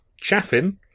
Chaffin